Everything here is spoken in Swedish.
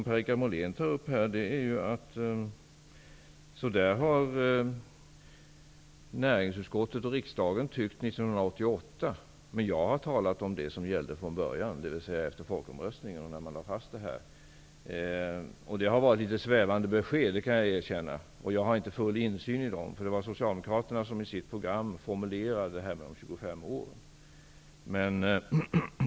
Per-Richard Molén tog upp att näringsutskottet och riksdagen hade denna uppfattning 1988, men jag har talat om det som gällde från början, dvs. efter folkomröstningen då detta lades fast. Jag kan erkänna att beskeden har varit litet svävande. Men jag har inte haft någon insyn, eftersom det var Socialdemokraterna som i sitt program formulerade detta med de 25 åren.